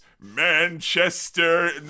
Manchester